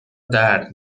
درد